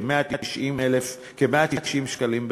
כ-190 שקלים בחודש.